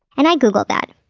and i googled that.